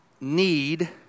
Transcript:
need